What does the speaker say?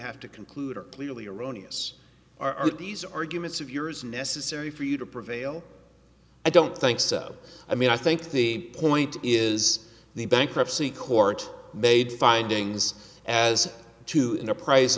have to conclude are clearly erroneous are these arguments of yours necessary for you to prevail i don't think so i mean i think the point is the bankruptcy court made findings as to in a price